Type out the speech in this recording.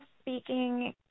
speaking